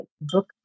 Book